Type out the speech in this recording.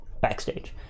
backstage